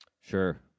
Sure